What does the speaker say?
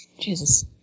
Jesus